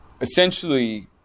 essentially